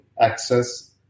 access